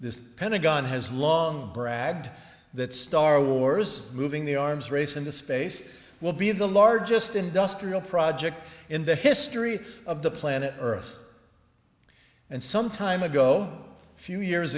the pentagon has long bragged that star wars moving the arms race into space will be the largest industrial project in the history of the planet earth and some time ago a few years